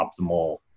optimal